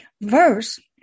Verse